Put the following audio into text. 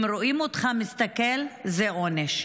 אם רואים אותך מסתכל, זה עונש.